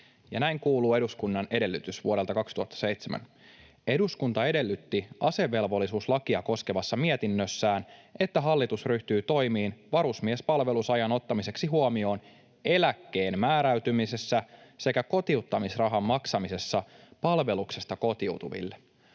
näin kuuluu eduskunnan edellytys vuodelta 2007: ”Eduskunta edellyttää” — asevelvollisuuslakia koskevassa mietinnössään — ”että hallitus ryhtyy toimiin varusmiespalvelusajan ottamiseksi huomioon eläkkeen määräytymisessä sekä kotiuttamisrahan maksamisessa palveluksesta kotiutuville.”